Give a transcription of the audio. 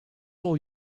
all